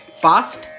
fast